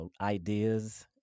ideas